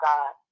God